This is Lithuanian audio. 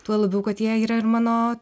tuo labiau kad jie yra ir mano